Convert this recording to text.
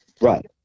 Right